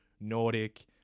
Nordic